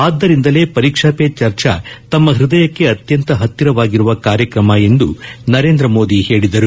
ಆದ್ದರಿಂದಲೇ ಪರೀಕ್ಷಾ ಪೇ ಚರ್ಚಾ ತಮ್ಮ ಹೃದಯಕ್ಕೆ ಅತ್ಯಂತ ಹತ್ತಿರವಾಗಿರುವ ಕಾರ್ಯಕ್ರಮ ಎಂದು ನರೇಂದ್ರ ಮೋದಿ ಹೇಳಿದರು